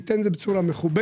שייתן את זה בצורה מכובדת,